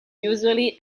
usually